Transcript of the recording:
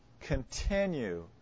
continue